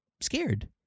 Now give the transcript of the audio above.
scared